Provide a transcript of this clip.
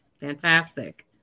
Fantastic